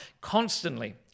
constantly